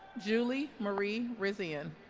julie marie risien